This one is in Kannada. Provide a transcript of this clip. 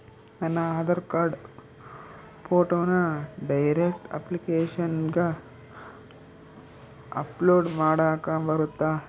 ನನ್ನ ಆಧಾರ್ ಕಾರ್ಡ್ ಫೋಟೋನ ಡೈರೆಕ್ಟ್ ಅಪ್ಲಿಕೇಶನಗ ಅಪ್ಲೋಡ್ ಮಾಡಾಕ ಬರುತ್ತಾ?